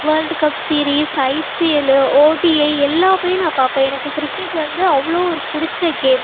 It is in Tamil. world cup series IPL ODI எல்லாம் நான் பார்ப்பேன் எனக்கு கிரிக்கெட் வந்து அவ்வளோ ஒரு பிடிச்ச கேம்